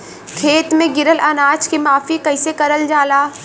खेत में गिरल अनाज के माफ़ी कईसे करल जाला?